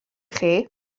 chi